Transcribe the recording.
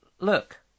look